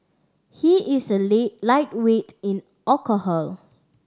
he is a lit lightweight in alcohol